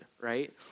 right